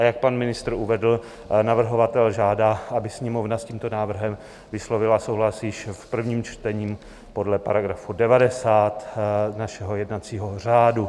Jak pan ministr uvedl, navrhovatel žádá, aby Sněmovna s tímto návrhem vyslovila souhlas již v prvním čtení podle § 90 našeho jednacího řádu.